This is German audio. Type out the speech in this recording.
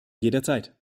jederzeit